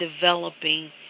developing